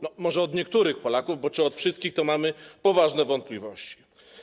No, może od niektórych Polaków, bo czy od wszystkich, to mamy poważne wątpliwości.